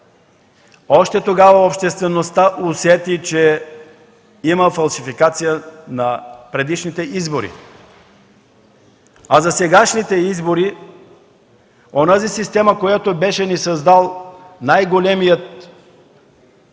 Още тогава обществеността усети, че има фалшификация на предишните избори. А за сегашните избори, за онази система, която беше ни създал най-големият математик,